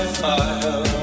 fire